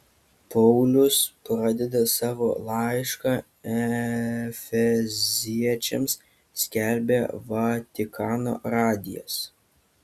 paulius pradeda savo laišką efeziečiams skelbia vatikano radijas